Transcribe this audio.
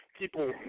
people